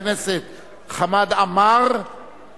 הכללת עבירת הפקרה לאחר תאונה),